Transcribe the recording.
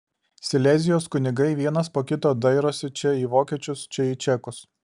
silezijos kunigai vienas po kito dairosi čia į vokiečius čia į čekus